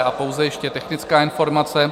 A pouze ještě technická informace.